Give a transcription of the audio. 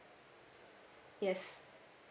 yes